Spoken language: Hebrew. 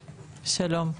שלום.